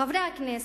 חברי הכנסת,